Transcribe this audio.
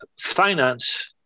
Finance